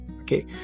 Okay